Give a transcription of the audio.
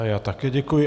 Já také děkuji.